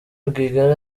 rwigara